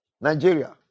Nigeria